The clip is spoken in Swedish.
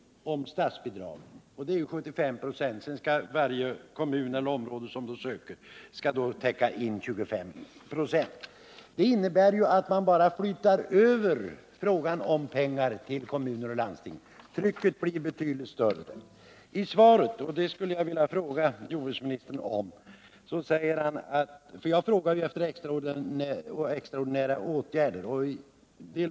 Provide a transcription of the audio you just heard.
Statsbidraget är 75 96, och sedan skall varje kommun eller område som söker bidrag täcka in resterande 25 96. Det innebär att man bara flyttar över frågan om pengar till kommuner och landsting och att trycket på dessa blir betydligt större. Jag frågade efter extraordinära åtgärder.